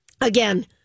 again